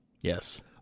Yes